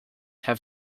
have